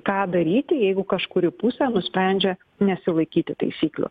ką daryti jeigu kažkuri pusė nusprendžia nesilaikyti taisyklių